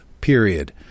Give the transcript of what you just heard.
period